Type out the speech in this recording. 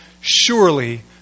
surely